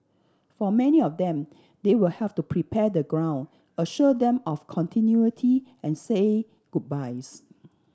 for many of them they will have to prepare the ground assure them of continuity and say goodbyes